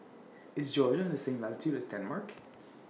IS Georgia on The same latitude as Denmark